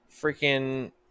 freaking